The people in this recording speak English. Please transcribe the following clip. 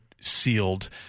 sealed